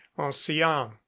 Ancien